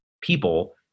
people